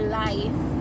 life